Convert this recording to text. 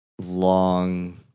Long